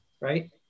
Right